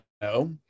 no